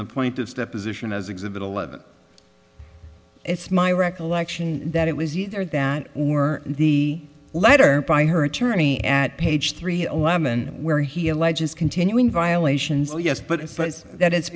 the point of step is ition as exhibit eleven it's my recollection that it was either that or in the letter by her attorney at page three a lemon where he alleges continuing violations yes but if i say that it's